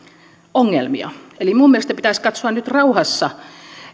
ongelmia eli mielestäni pitäisi katsoa nyt rauhassa